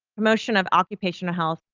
promotion of occupational health,